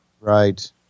Right